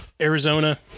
Arizona